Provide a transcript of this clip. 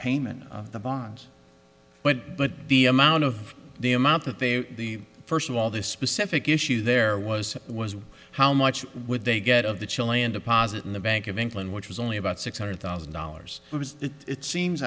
payment of the bonds went but the amount of the amount that they were the first of all the specific issue there was was how much would they get of the chilean deposit in the bank of england which was only about six hundred thousand dollars it seems